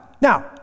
Now